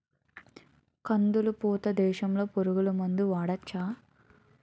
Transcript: కందులు పూత దశలో పురుగు మందులు వాడవచ్చా?